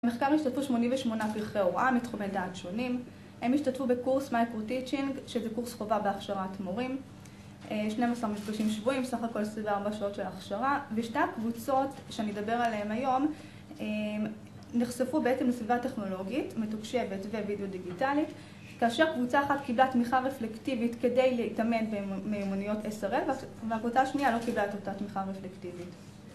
במחקר השתתפו 88 פרחי הוראה, מתחומי דעת שונים, הם השתתפו בקורס מייקרו טיצ'ינג, שזה קורס חובה בהכשרת מורים, 12 מפגשים שבועיים, בסך הכל 24 שעות של הכשרה, ושתי הקבוצות שאני אדבר עליהן היום, נחשפו בעצם לסביבה טכנולוגית, מתוקשבת ווידאו דיגיטלית, כאשר קבוצה אחת קיבלה תמיכה רפלקטיבית כדי להתאמן במיומניות SRL, והקבוצה השנייה לא קיבלה את אותה תמיכה רפלקטיבית